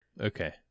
Okay